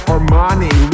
Armani